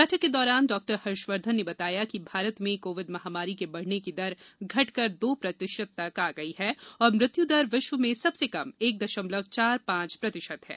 बैठक के दौरान डॉक्टर हर्षवर्धन ने बताया कि भारत में कोविड महामारी के बढ़ने की दर घटकर दो प्रतिशत तक आ गई है और मृत्यु दर विश्व में सबसे कम एक दशमलव चार पांच प्रतिशत है